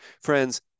Friends